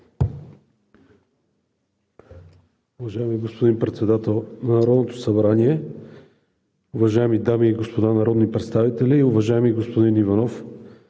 Уважаеми господин Председател на Народното събрание, уважаеми дами и господа народни представители! Уважаеми господин Иванов,